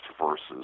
versus